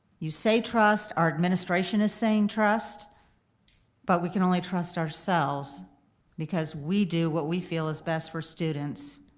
you say trust, our administration is saying trust but we can only trust ourselves because we do what we feel is best for students.